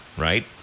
right